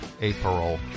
April